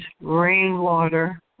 rainwater